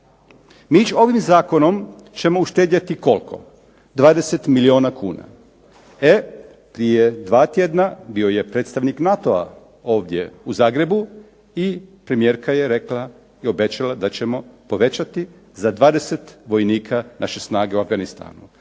Ovim zakonom ćemo uštedjeti koliko? 20 milijuna kuna. Prije dva tjedna bio je predstavnik NATO-a ovdje u Zagrebu i premijerka je rekla i obećala da ćemo povećati za 20 vojnika naše snage u Afganistanu.